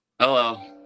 Hello